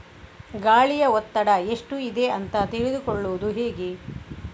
ಗಾಳಿಯ ಒತ್ತಡ ಎಷ್ಟು ಇದೆ ಅಂತ ತಿಳಿದುಕೊಳ್ಳುವುದು ಹೇಗೆ?